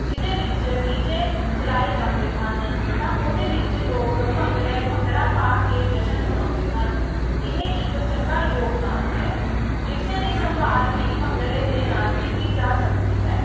ਜਿਹਦੇ ਵਿੱਚ D J ਚਲਾਏ ਜਾਂਦੇ ਹਨ ਤਾਂ ਉਹਦੇ ਵਿੱਚ ਲੋਕ ਭੰਗੜੇ ਭੰਗੜਾ ਪਾ ਕੇ ਜਸ਼ਨ ਮਨਾਉਂਦੇ ਹਨ ਇਹ ਇੱਕ ਚੰਗਾ ਯੋਗਦਾਨ ਹੈ ਵਿਰਸੇ ਦੀ ਸੰਭਾਲ ਵੀ ਭੰਗੜੇ ਦੇ ਨਾਲ ਕੀਤੀ ਜਾ ਸਕਦੀ ਹੈ